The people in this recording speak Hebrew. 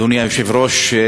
אדוני היושב-ראש,